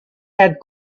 had